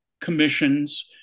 commissions